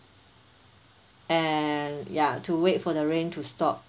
and ya to wait for the rain to stop